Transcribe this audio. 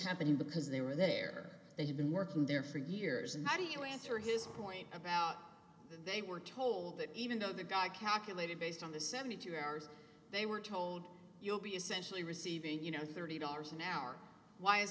happening because they were there they had been working there for years and how do you answer his point about they were told that even though the guy calculated based on the seventy two hours they were told you'll be essentially receiving you know thirty dollars an hour why is